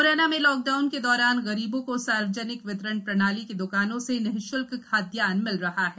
मुरैना में लॉकडाउन के दौरान गरीबों को सार्वजनिक वितरण प्रणाली की द्कानों से निश्ल्क खाद्यान्नए मिल रहा है